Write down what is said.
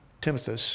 Timothy